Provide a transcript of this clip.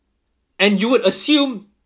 and you would assume